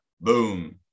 Boom